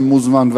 שמוזמן,